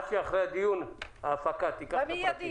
אחרי הדיון תעבירי את הפרטים